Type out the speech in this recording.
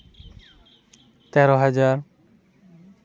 ᱛᱮᱨᱚ ᱦᱟᱡᱟᱨ